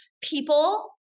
people